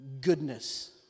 goodness